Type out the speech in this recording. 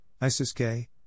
ISIS-K